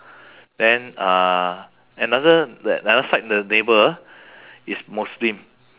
then uh another that another side the neighbour is muslim